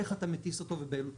איך אתה מטיס אותו ובאילו תנאים?